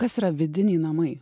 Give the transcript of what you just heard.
kas yra vidiniai namai